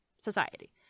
society